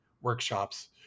workshops